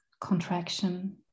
contraction